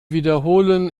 wiederholen